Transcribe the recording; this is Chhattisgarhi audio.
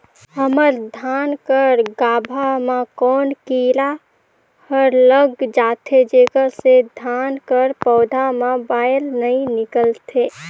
हमर धान कर गाभा म कौन कीरा हर लग जाथे जेकर से धान कर पौधा म बाएल नइ निकलथे?